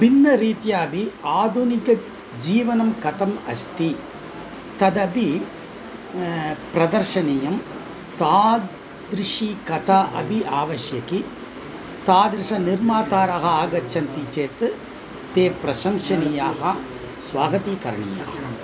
भिन्न रीत्यापि आधुनिकजीवनं कथ अस्ति तदपि प्रदर्शनीयं तादृशी कथा अपि आवश्यकि तादृशनिर्मातारः आगच्छन्ति चेत् ते प्रशंसनीयाः स्वागतीकरणीयाः